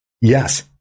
Yes